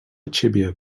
ciebie